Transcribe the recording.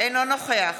אינו נוכח